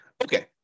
Okay